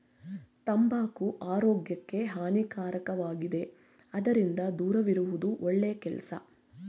ತಂಬಾಕು ಆರೋಗ್ಯಕ್ಕೆ ಹಾನಿಕಾರಕವಾಗಿದೆ ಅದರಿಂದ ದೂರವಿರುವುದು ಒಳ್ಳೆ ಕೆಲಸ